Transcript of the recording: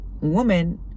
woman